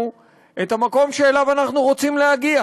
את המקום שאליו אנחנו רוצים להגיע.